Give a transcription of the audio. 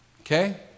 Okay